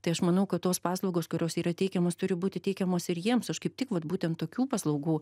tai aš manau kad tos paslaugos kurios yra teikiamos turi būti teikiamos ir jiems aš kaip tik vat būtent tokių paslaugų